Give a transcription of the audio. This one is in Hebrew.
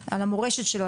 על המורשת שלו,